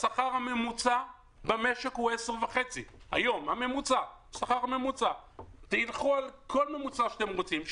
השכר הממוצע במשק היום הוא 10,500. תלכו על כל ממוצע שאתם רוצים,